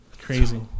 Crazy